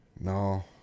No